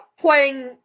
playing